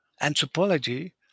anthropology